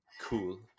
cool